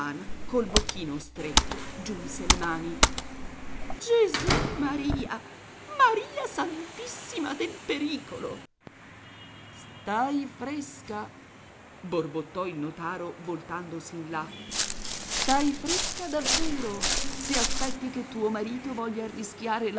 col bocchino stretto giunse le mani gesummaria maria santissima del pericolo stai fresca borbottò il notaro voltandosi in là stai fresca davvero se aspetti che tuo marito voglia arrischiare